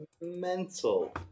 Mental